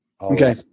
Okay